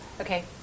Okay